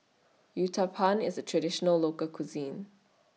Uthapam IS A Traditional Local Cuisine